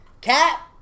Cat